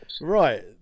Right